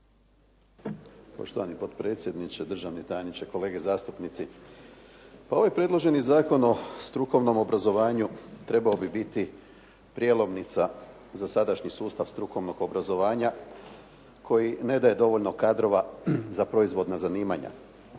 Poštovani potpredsjedniče, državni tajniče, kolege zastupnici. Ovaj predloženi Zakon o strukovnom obrazovanju trebao bi biti prijelomnica za sadašnji sustav strukovnog obrazovanja koji ne daje dovoljno kadrova za proizvodna zanimanja